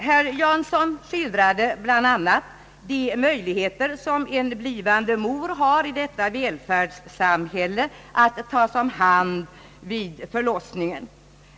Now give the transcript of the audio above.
Herr Jansson skildrade bl.a. de möjligheter som en blivande mor i vårt välfärdssamhälle har att bli omhändertagen vid förlossning.